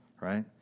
right